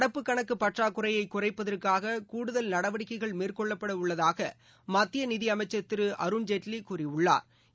நடப்புக் கணக்கு பற்றாக்குறையை குறைப்பதற்காக கூடுதல் நடவடிக்கைகள் மேற்கொள்ளப்பட உள்ளதாக மத்திய நிதி அமைச்சா் திரு அருண்ஜேட்லி கூறியுள்ளாா்